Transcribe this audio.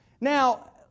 Now